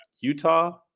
Utah